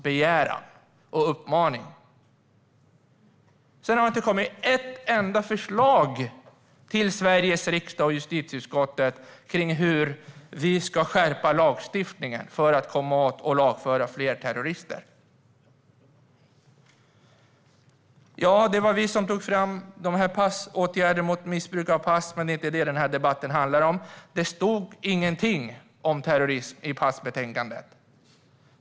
Sedan har det inte kommit ett enda förslag till Sveriges riksdag och justitieutskottet om hur vi ska skärpa lagstiftningen för att komma åt och lagföra fler terrorister. Ja, det var vi som tog fram åtgärder mot missbruk av pass, men det är inte det som den här debatten handlar om. Det stod ingenting om terrorism i passbetänkandet.